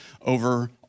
over